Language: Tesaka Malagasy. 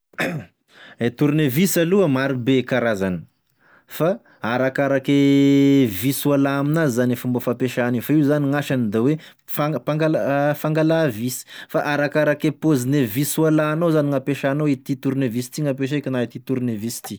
E tornevisy aloha maro be e karazany, fa arakarake visy ho alà ho aminazy zany e fomba fampiasà an'io fa io zany gn'asany da oe mpifan- mpangal- fangala visy, fa arakarake pôzin' visy ho alànao zany gn'ampiasanao oe ty tornevisy ty gn'ampiasaiko na ity tornevisy ty.